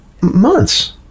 months